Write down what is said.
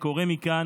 לכן,